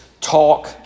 talk